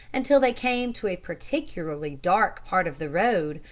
until they came to a particularly dark part of the road,